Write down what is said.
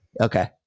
Okay